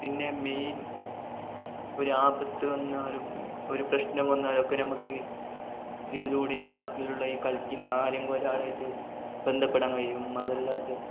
പിന്നെ മെയിൻ ഒരു ആപത്ത് വന്നാലും ഒരു പ്രശ്നം വന്നാലുമൊക്കെ നമുക്ക് ഇതിലൂടെ ഈ നാട്ടിലുള്ള ഈ കളിക്കുന്ന ആരെങ്കിലും ഒരാളായിട്ട് ബന്ധപ്പെടാൻ കഴിയും അതല്ലാതെ